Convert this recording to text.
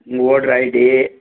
உங்கள் voter ID